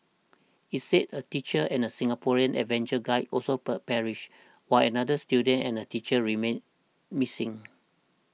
it said a teacher and Singaporean adventure guide also perished while another student and a teacher remain missing